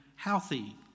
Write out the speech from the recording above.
healthy